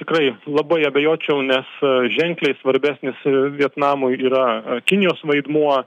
tikrai labai abejočiau nes ženkliai svarbesnis vietnamui yra kinijos vaidmuo